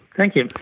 thank you.